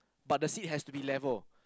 but the seat has to be level